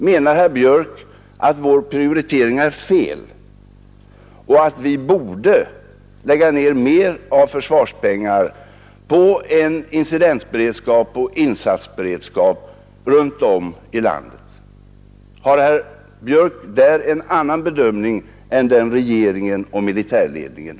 Menar herr Björck att vår prioritering är fel och att vi bör lägga ner mer försvarspengar på en incidentberedskap och en insatsberedskap runtom i landet? Har herr Björck i detta fall en annan bedömning än regeringen och militärledningen?